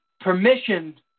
permission